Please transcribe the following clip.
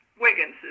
Wiggins